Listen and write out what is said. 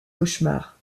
cauchemars